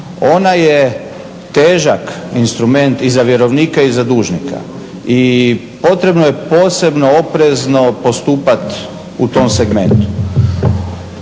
Ona je težak instrument i za vjerovnike i za dužnika i potrebno je posebno oprezno postupati u tom segmentu.